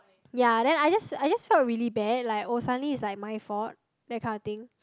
ya then I just I just felt really bad like oh suddenly it's like my fault that kind of thing